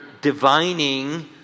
divining